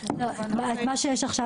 אנחנו כמובן --- מה שיש עכשיו,